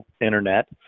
Internet